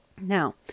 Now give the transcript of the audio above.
Now